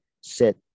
sit